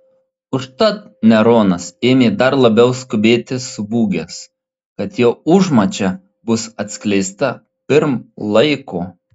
užtat neronas ėmė dar labiau skubėti subūgęs kad jo užmačia bus atskleista pirm laiko